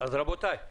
אז רבותיי,